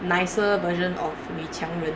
nicer version of 女强人